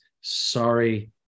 Sorry